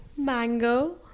Mango